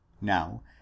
Now